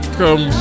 come